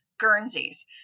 Guernseys